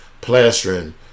plastering